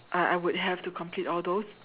I I would have to complete all those